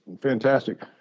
fantastic